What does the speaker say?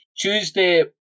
Tuesday